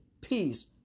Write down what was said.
Peace